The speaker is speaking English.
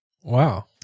wow